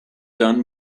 done